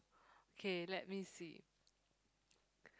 okay let me see